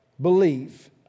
believe